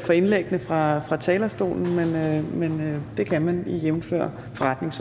for indlæggene fra talerstolen så sat lidt ned. Det kan man, jævnfør forretningsordenen.